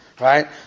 Right